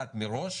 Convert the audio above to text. לדעת מראש